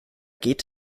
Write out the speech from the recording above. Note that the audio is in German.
geht